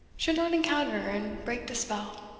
should not encounter and break the spell.